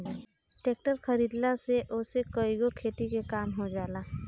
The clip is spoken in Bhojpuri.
टेक्टर खरीदला से ओसे कईगो खेती के काम हो जाला